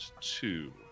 two